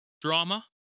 drama